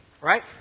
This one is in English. right